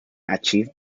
achieved